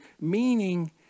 meaning